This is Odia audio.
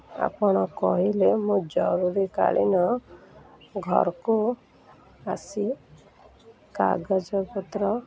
ଆପଣ କହିଲେ ମୁଁ ଜରୁରୀକାଳୀନ ଘରକୁ ଆସି କାଗଜପତ୍ର